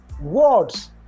words